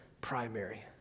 primary